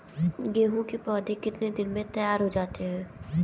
गेहूँ के पौधे कितने दिन में तैयार हो जाते हैं?